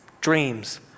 dreams